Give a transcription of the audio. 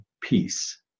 peace